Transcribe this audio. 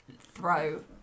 throw